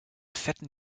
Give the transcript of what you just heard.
fetten